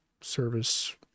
service